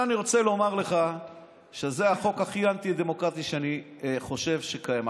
לכן אני רוצה לומר לך שזה החוק הכי אנטי-דמוקרטי שאני חושב שקיים.